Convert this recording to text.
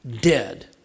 dead